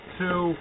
two